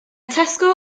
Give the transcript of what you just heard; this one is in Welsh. tesco